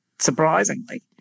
surprisingly